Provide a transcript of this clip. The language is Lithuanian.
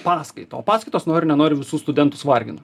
paskaitą o paskaitos nori nenori visus studentus vargina